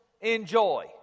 enjoy